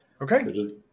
Okay